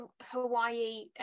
Hawaii